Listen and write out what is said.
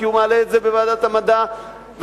כי הוא מעלה את זה בוועדת המדע והטכנולוגיה,